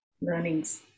learnings